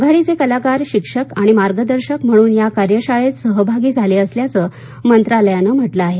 आघाडीचे कलाकार शिक्षक आणि मार्गदर्शक म्हणून या कार्यशाळेत सहभागी झाले असल्याचं मंत्रालयानं म्हटलं आहे